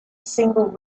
single